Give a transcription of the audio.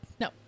No